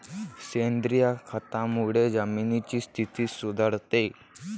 सेंद्रिय खतामुळे जमिनीची स्थिती सुधारते